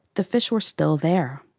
the fish were still there.